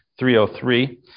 303